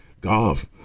Golf